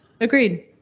Agreed